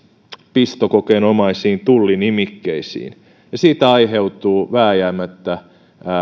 pistokokeenomaisiin tullinimikkeisiin ja siitä aiheutuu vääjäämättä